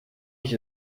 ich